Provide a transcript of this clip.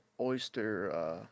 oyster